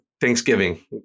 Thanksgiving